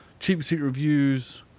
cheapseatreviews